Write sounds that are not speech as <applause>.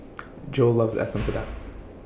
<noise> Joel loves <noise> Asam Pedas